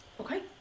Okay